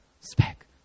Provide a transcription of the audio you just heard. Spec